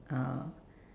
uh